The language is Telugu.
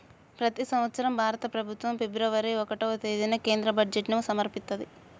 ప్రతి సంవత్సరం భారత ప్రభుత్వం ఫిబ్రవరి ఒకటవ తేదీన కేంద్ర బడ్జెట్ను సమర్పిత్తది